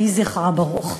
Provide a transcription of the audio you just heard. יהי זכרה ברוך.